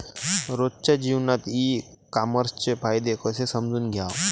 रोजच्या जीवनात ई कामर्सचे फायदे कसे समजून घ्याव?